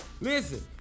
Listen